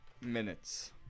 minutes